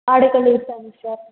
ఆడుకొనిస్తాను sir